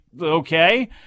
okay